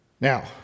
Now